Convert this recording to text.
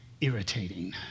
irritating